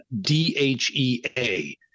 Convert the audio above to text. DHEA